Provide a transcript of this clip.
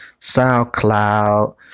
SoundCloud